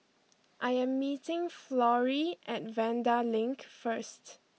I am meeting Florrie at Vanda Link first